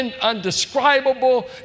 undescribable